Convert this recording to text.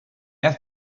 have